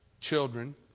children